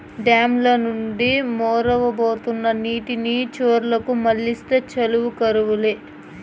dam ల నుండి మొరవబోతున్న నీటిని చెర్లకు మల్లిస్తే చాలు కరువు లే